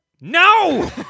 No